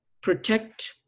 protect